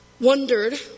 wondered